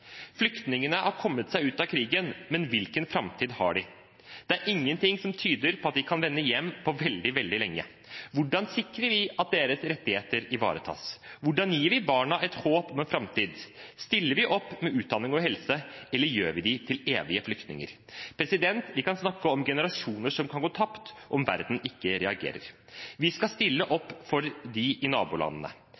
Flyktningene har kommet seg ut av krigen, men hvilken framtid har de? Det er ingenting som tyder på at de kan vende hjem på veldig, veldig lenge. Hvordan sikrer vi at deres rettigheter ivaretas? Hvordan gir vi barna et håp om en framtid? Stiller vi opp med utdanning og helse, eller gjør vi dem til evige flyktninger? Vi kan snakke om generasjoner som kan gå tapt om verden ikke reagerer. Vi skal stille